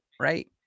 Right